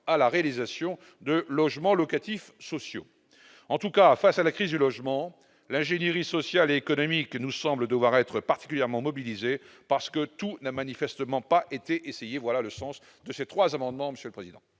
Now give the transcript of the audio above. à la réalisation de logements locatifs sociaux. En tout cas, face à la crise du logement, l'ingénierie sociale et économique nous semble devoir être particulièrement mobilisée, parce que tout n'a manifestement pas été essayé ! Tel est le sens de ces deux amendements et de ce